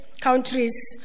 countries